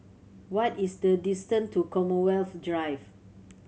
what is the distant to Commonwealth Drive